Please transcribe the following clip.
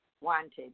wanted